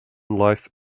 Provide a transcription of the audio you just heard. life